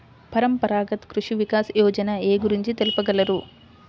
పరంపరాగత్ కృషి వికాస్ యోజన ఏ గురించి తెలుపగలరు?